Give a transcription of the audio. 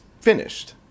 finished